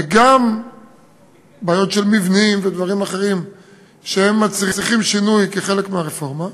וגם בעיות של מבנים ודברים אחרים שמצריכים שינוי כחלק מהרפורמה,